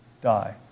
die